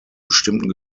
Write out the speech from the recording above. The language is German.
bestimmten